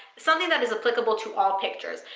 something that is applicable to all pictures.